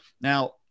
Now